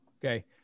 okay